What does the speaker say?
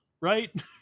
right